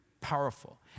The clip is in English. powerful